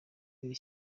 w’iri